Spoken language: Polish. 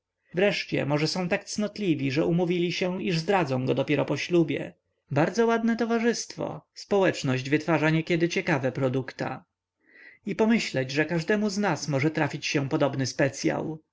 wreszcie może są aż tak cnotliwi że umówili się iż zdradzą go dopiero po ślubie bardzo ładne towarzystwo społeczność wytwarza niekiedy ciekawe produkta i pomyśleć że każdemu z nas może trafić się podobny specyał